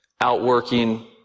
outworking